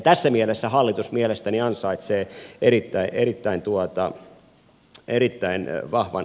tässä mielessä hallitus mielestäni ansaitsee erittäin vahvan tuen